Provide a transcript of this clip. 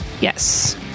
Yes